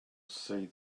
say